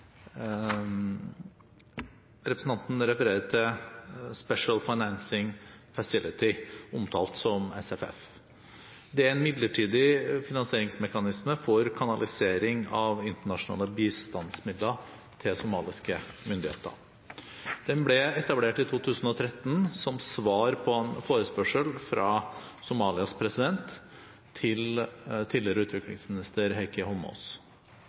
Representanten refererer til Special Financing Facility, omtalt som SFF. Det er en midlertidig finansieringsmekanisme for kanalisering av internasjonale bistandsmidler til somaliske myndigheter. Den ble etablert i 2013, som svar på en forespørsel fra Somalias president til tidligere utviklingsminister Heikki Eidsvoll Holmås.